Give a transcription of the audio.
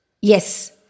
Yes